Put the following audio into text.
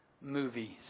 movies